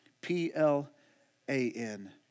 P-L-A-N